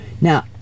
Now